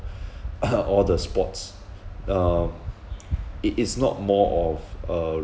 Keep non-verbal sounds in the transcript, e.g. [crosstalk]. [coughs] all the sports um [noise] it is not more of a